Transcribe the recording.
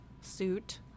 suit